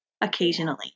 occasionally